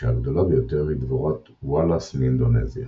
כשהגדולה ביותר היא דבורת וואלאס מאינדונזיה.